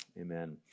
Amen